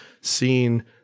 seeing